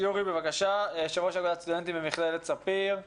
יושב ראש אגף הסטודנטים במכללת ספיר,